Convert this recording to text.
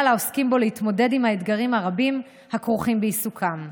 לעוסקים בו להתמודד עם האתגרים הרבים הכרוכים בעיסוקם.